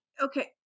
Okay